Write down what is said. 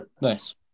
Nice